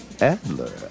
Adler